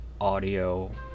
audio